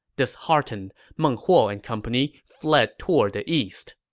disheartened, meng huo and company fled toward the east.